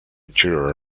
interior